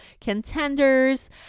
contenders